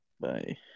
Bye